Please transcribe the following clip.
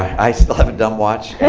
i still have a dumb watch.